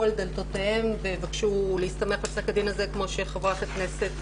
על דלתותיהם ויבקשו להסתמך על פסק הדין הזה כמו שחברת הכנסת,